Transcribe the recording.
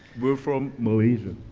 we're from malaysia.